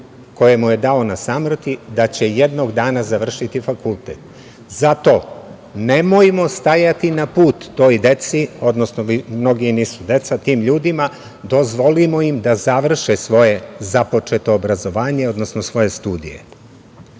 koje mu je dao na samrti - da će jednog dana završiti fakultet. Zato nemojmo stajati na put toj deci, odnosno mnogi nisu deca, tim ljudima, dozvolimo im da završe svoje započeto obrazovanje, odnosno svoje studije. Mi